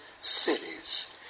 cities